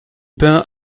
peint